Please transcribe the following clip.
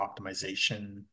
optimization